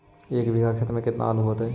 एक बिघा खेत में केतना आलू होतई?